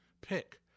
pick